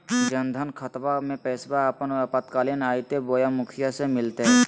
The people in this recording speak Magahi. जन धन खाताबा में पैसबा अपने आपातकालीन आयते बोया मुखिया से मिलते?